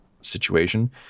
situation